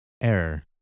Error